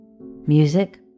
Music